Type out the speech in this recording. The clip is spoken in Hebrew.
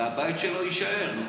הרי הבית שלו יישאר.